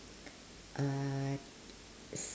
uh